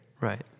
Right